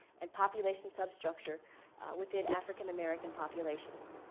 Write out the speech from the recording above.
and population substructure within african american populations.